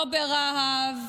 לא ברהב,